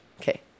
Okay